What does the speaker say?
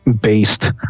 based